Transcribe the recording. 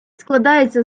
складається